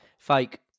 Fake